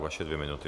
Vaše dvě minuty.